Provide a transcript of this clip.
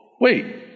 wait